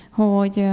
hogy